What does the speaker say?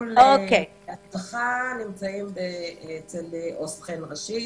טיפול --- נמצאים אצל עו"ס ח"ן ראשית